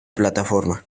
plataforma